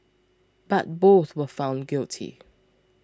but both were found guilty